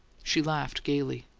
she laughed gaily.